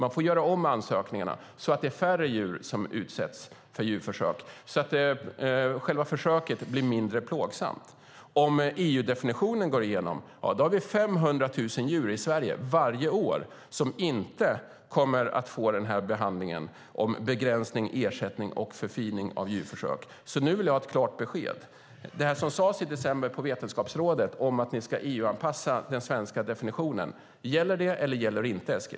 De får göra om ansökningarna så att det blir färre djur som utsätts för djurförsök och så att själva försöket blir mindre plågsamt. Om EU-definitionen går igenom har vi varje år 500 000 djur i Sverige som inte kommer att få den här bedömningen av begränsning, ersättning och förfining av djurförsök. Nu vill jag ha ett klart besked: Det som sades i december på Vetenskapsrådet om att ni ska EU-anpassa den svenska definitionen, gäller det eller gäller det inte, Eskil?